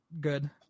good